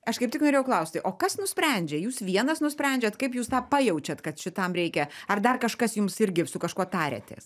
aš kaip tik norėjau klausti o kas nusprendžia jūs vienas nusprendžiat kaip jūs tą pajaučiat kad šitam reikia ar dar kažkas jums irgi su kažkuo tariatės